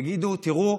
יגידו: תראו,